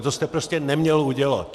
To jste prostě neměl udělat.